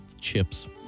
chips